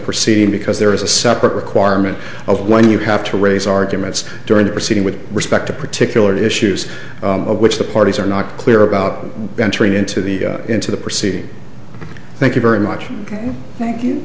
proceeding because there is a separate requirement of when you have to raise arguments during the proceeding with respect to particular issues of which the parties are not clear about venturing into the into the proceed thank you very much thank you